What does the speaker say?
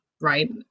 right